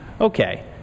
okay